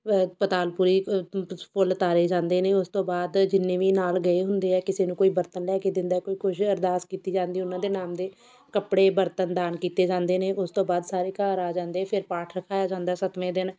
ਪਤਾਲਪੁਰੀ ਫੁੱਲ ਤਾਰੇ ਜਾਂਦੇ ਨੇ ਉਸ ਤੋਂ ਬਾਅਦ ਜਿੰਨੇ ਵੀ ਨਾਲ਼ ਗਏ ਹੁੰਦੇ ਆ ਕਿਸੇ ਨੂੰ ਕੋਈ ਬਰਤਨ ਲੈ ਕੇ ਦਿੰਦਾ ਕੋਈ ਕੁਝ ਅਰਦਾਸ ਕੀਤੀ ਜਾਂਦੀ ਉਹਨਾਂ ਦੇ ਨਾਮ ਦੇ ਕੱਪੜੇ ਬਰਤਨ ਦਾਨ ਕੀਤੇ ਜਾਂਦੇ ਨੇ ਉਸ ਤੋਂ ਬਾਅਦ ਸਾਰੇ ਘਰ ਆ ਜਾਂਦੇ ਫਿਰ ਪਾਠ ਰਖਾਇਆ ਜਾਂਦਾ ਸੱਤਵੇਂ ਦਿਨ